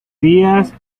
días